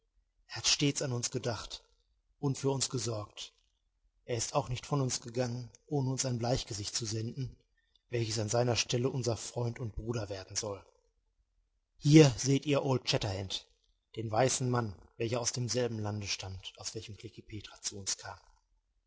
er hat stets an uns gedacht und für uns gesorgt er ist auch nicht von uns gegangen ohne uns ein bleichgesicht zu senden welches an seiner stelle unser freund und bruder werden soll hier seht ihr old shatterhand den weißen mann welcher aus demselben lande stammt aus welchem klekih petra zu uns kam